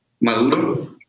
maduro